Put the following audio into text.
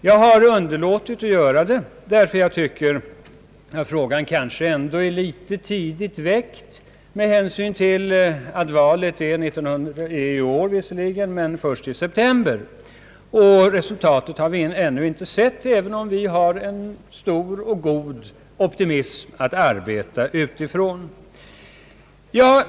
Jag har underlåtit att diskutera den därför att jag tycker att frågan ändå är litet tidigt väckt med hänsyn till att valet blir, visserligen i år, men först i september. Vi har ännu inte sett resultatet, även om vi arbetar med stor optimism.